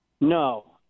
No